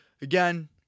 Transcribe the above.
Again